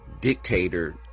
dictator